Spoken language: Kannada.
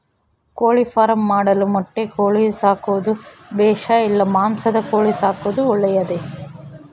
ಕೋಳಿಫಾರ್ಮ್ ಮಾಡಲು ಮೊಟ್ಟೆ ಕೋಳಿ ಸಾಕೋದು ಬೇಷಾ ಇಲ್ಲ ಮಾಂಸದ ಕೋಳಿ ಸಾಕೋದು ಒಳ್ಳೆಯದೇ?